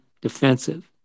defensive